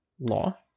Law